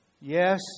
Yes